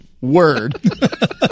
word